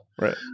right